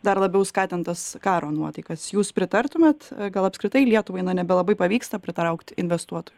dar labiau skatint tas karo nuotaikas jūs pritartumėt gal apskritai lietuvai na nebelabai pavyksta pritraukt investuotojų